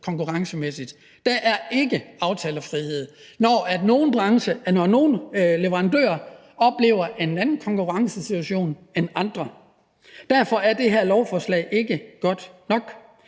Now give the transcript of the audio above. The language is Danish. konkurrencemæssigt; der er ikke aftalefrihed, når nogle leverandører oplever en anden konkurrencesituation end andre. Derfor er det her lovforslag ikke godt nok.